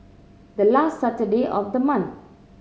the last Saturday of the month